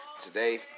today